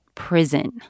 prison